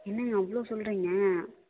என்னங்க அவ்வளோ சொல்லுறிங்க